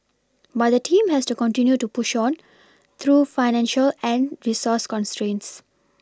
but the team has continued to push on through financial and resource constraints